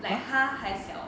like 它还小